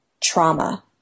trauma